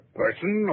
person